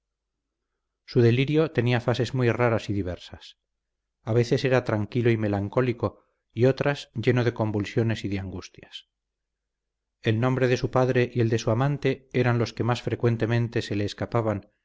su delirio tenía fases muy raras y diversas a veces era tranquilo y melancólico y otras lleno de convulsiones y de angustias el nombre de su padre y el de su amante eran los que más frecuentemente se le escapaban